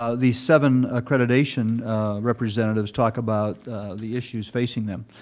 ah these seven accreditation representatives talk about the issues facing them.